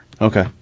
okay